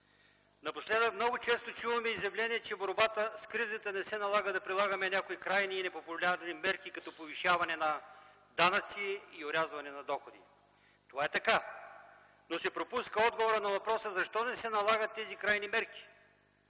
Напоследък много често чуваме изявления, че в борбата с кризата не се налага да прилагаме някои крайни и непопулярни мерки като повишаване на данъци и орязване на доходи. Това е така, но се пропуска отговорът на въпроса: защо не се налагат тези крайни мерки?